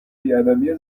بیادبی